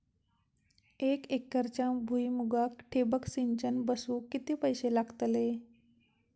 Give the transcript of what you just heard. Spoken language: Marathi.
एक एकरच्या भुईमुगाक ठिबक सिंचन बसवूक किती पैशे लागतले?